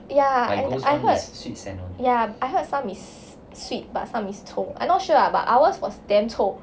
ya I heard ya I heard some is sweet but some is 臭 I not sure ah but ours is damn 臭